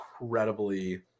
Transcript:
incredibly